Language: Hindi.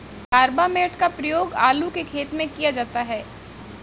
कार्बामेट का प्रयोग आलू के खेत में किया जाता है